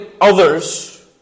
others